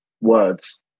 words